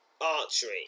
archery